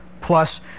plus